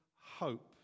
hope